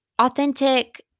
authentic